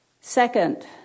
Second